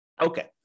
Okay